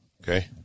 Okay